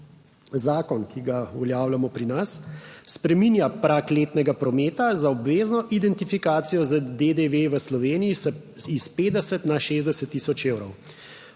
Zakon, ki ga uveljavljamo pri nas, spreminja prag letnega prometa za obvezno identifikacijo z DDV v Sloveniji iz 50 na 60 tisoč evrov.